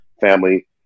family